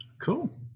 Cool